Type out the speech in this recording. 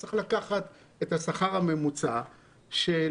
פה מדברים על לקחת את השכר הממוצע של